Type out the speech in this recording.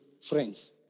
friends